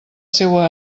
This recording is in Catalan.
seua